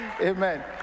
Amen